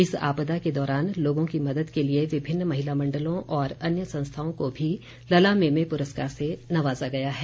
इस आपदा के दौरान लोगों की मदद के लिए विभिन्न महिला मण्डलों और अन्य संस्थाओं को भी लला मेमे पुरस्कार से नवाजा गया है